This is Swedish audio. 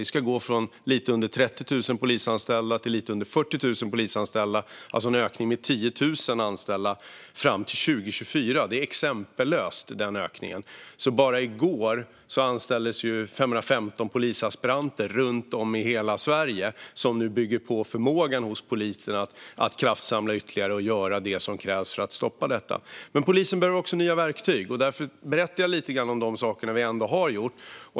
Vi ska gå från lite under 30 000 polisanställda till lite under 40 000 polisanställda, alltså en ökning med 10 000 anställda, fram till 2024. Det är en exempellös ökning. Bara i går anställdes 515 polisaspiranter runt om i hela Sverige som nu bygger på förmågan hos polisen att kraftsamla ytterligare och göra det som krävs för att stoppa detta. Men polisen behöver också nya verktyg. Därför berättar jag lite om de saker vi ändå har gjort.